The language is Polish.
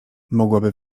mogłaby